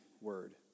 word